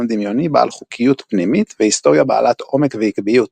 דמיוני בעל חוקיות פנימית והיסטוריה בעלת עומק ועקביות,